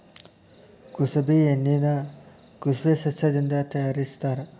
ಕುಸಬಿ ಎಣ್ಣಿನಾ ಕುಸಬೆ ಸಸ್ಯದಿಂದ ತಯಾರಿಸತ್ತಾರ